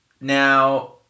Now